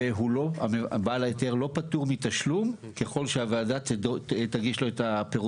ובעל ההיתר לא פטור מתשלום ככל והוועדה תגיש לו את הפירוט.